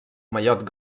mallot